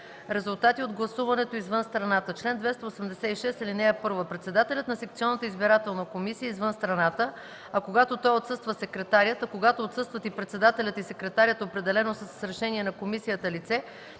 „Резултати от гласуването извън страната Чл. 286. (1) Председателят на секционната избирателна комисия извън страната, а когато той отсъства – секретарят, а когато отсъстват и председателят и секретарят – определено с решение на комисията лице,